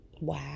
Wow